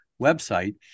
website